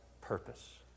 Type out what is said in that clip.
purpose